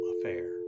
affair